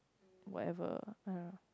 whatever